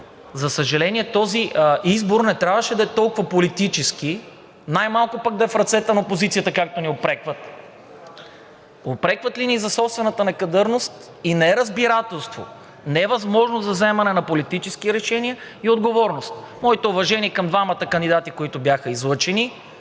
За съжаление, този избор не трябваше да е толкова политически, най-малкото пък да е в ръцете на опозицията, както ни упрекват. Упрекват ли ни за собствената си некадърност и неразбирателство, невъзможност за вземане на политически решения и отговорност? Моите уважения към двамата кандидати, които бяха излъчени,